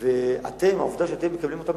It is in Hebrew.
הוא אמר: אנחנו עושים את כל המאמצים,